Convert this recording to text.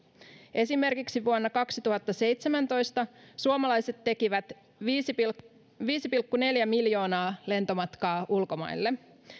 esimerkiksi vuonna kaksituhattaseitsemäntoista suomalaiset tekivät viisi pilkku viisi pilkku neljä miljoonaa lentomatkaa ulkomaille